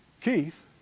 Keith